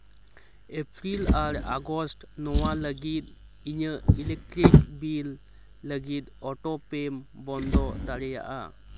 April ᱟᱨ August ᱱᱚᱣᱟ ᱞᱟᱹᱜᱤᱫ ᱤᱧᱟᱹᱜ ᱤᱞᱮᱠᱴᱤᱨᱤᱠ ᱵᱤᱞ ᱞᱟᱹᱜᱤᱫ ᱚᱴᱳ ᱯᱮᱢ ᱵᱚᱱᱫᱚ ᱫᱟᱲᱮᱭᱟᱜᱼᱟ